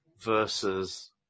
versus